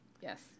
Yes